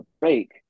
break